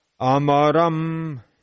amaram